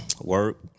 work